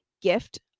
gift